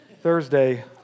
Thursday